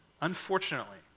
unfortunately